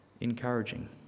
encouraging